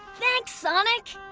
thanks, sonic.